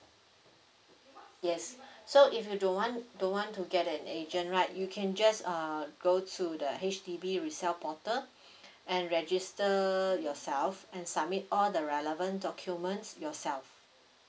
yes so if you don't want don't want to get an agent right you can just uh go to the H_D_B resell portal and register yourself and submit all the relevant documents yourself